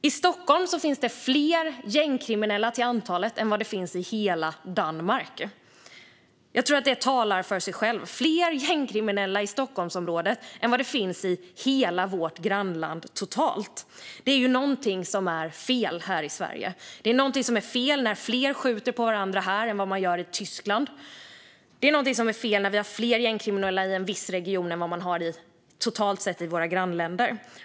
I Stockholmsområdet finns det fler gängkriminella än i hela vårt grannland Danmark. Jag tror att detta talar för sig självt. Det är något som är fel här i Sverige. Det är något som är fel när fler skjuter på varandra här än i Tyskland och vi har fler gängkriminella i en viss region än man har totalt sett i våra grannländer.